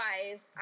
Otherwise